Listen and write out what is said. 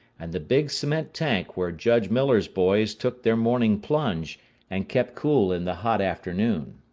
and the big cement tank where judge miller's boys took their morning plunge and kept cool in the hot afternoon.